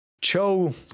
Cho